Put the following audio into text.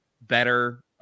better